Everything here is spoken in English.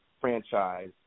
franchise